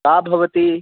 का भवती